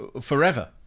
forever